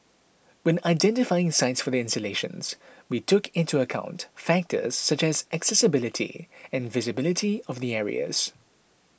when identifying sites for the installations we took into account factors such as accessibility and visibility of the areas